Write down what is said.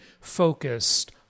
focused